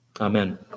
Amen